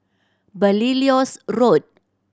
Belilios Road